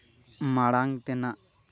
ᱢᱟᱲᱟᱝ ᱛᱮᱱᱟᱜ